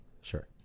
Sure